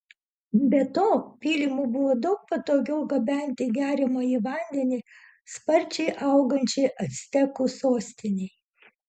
be to pylimu buvo daug patogiau gabenti geriamąjį vandenį sparčiai augančiai actekų sostinei